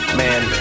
man